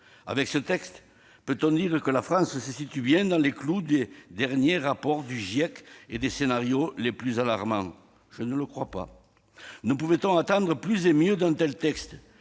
Avec ce texte, peut-on dire que notre pays se situe bien dans les clous des derniers rapports du GIEC et des scénarios les plus alarmants ? Je ne le crois pas. Ne pouvait-on attendre plus et mieux d'un tel projet